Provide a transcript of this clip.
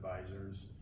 advisors